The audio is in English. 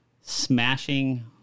smashing